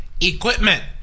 equipment